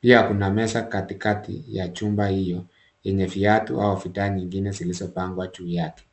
Pia kuna meza katikati ya chumba hiyo yenye viatu au bidhaa nyingine zilizopangwa juu yake.